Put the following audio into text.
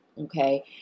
Okay